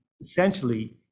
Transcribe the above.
essentially